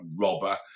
robber